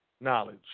knowledge